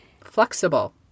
Flexible